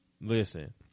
Listen